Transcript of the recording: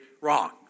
wrong